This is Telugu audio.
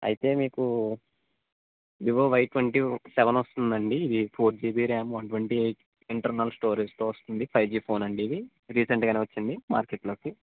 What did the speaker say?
అయితే మీకు వివో వై ట్వెంటీ సెవెన్ వస్తుందండి ఇది four GB RAM one twenty eight internal స్టోరేజుతో వస్తుంది ఫైవ్ జీ ఫోను అండి ఇది రీసెంటుగానే వచ్చింది మార్కెట్లోకి